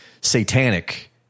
satanic